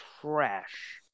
trash